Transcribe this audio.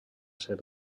ser